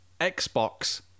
Xbox